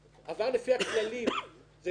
כבר לפי הכללים, זה לא גוף מפקח?